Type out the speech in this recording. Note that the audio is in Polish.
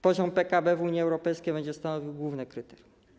Poziom PKB w Unii Europejskiej będzie stanowił główne kryterium.